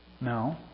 No